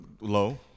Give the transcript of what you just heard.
low